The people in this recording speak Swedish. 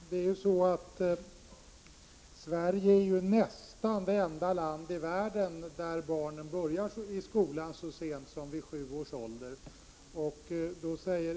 Herr talman! Sverige är ju nästan det enda land i världen där barn börjar skolan så sent som vid sju års ålder.